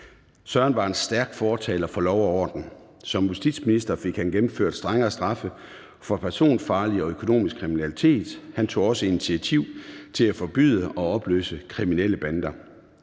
Søren var en stærk fortaler for lov og orden. Som justitsminister fik han gennemført strengere straffe for personfarlig og økonomisk kriminalitet. Han tog også initiativ til at forbyde og opløse kriminelle bander.